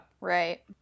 Right